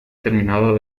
terminado